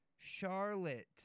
Charlotte